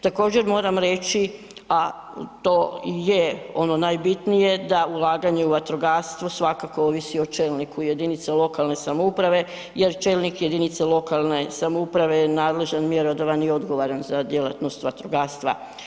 Također moram reći, a to je ono najbitnije da ulaganje u vatrogastvo svakako ovisi o čelniku jedinice lokalne samouprave jer čelnik jedinice lokalne samouprave je nadležan, mjerodavan i odgovoran za djelatnost vatrogastva.